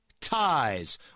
ties